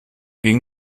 gegen